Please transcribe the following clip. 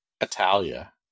Italia